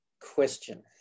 question